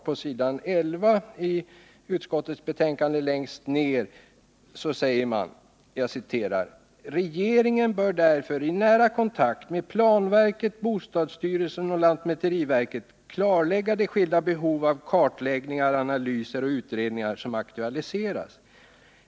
På s. 11 och 12 i betänkandet säger utskottet: ”Regeringen bör därför i nära kontakt med planverket, bostadsstyrelsen och lantmäteriverket klarlägga de skilda behov av kartläggningar, analyser och utredningar som aktualiseras.